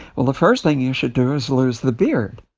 well, the first thing you should do is lose the beard